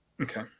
okay